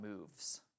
moves